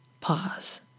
pause